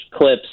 clips